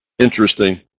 interesting